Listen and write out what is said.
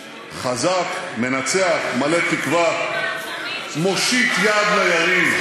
חזק, מנצח, מלא תקווה, מושיט יד ליריב.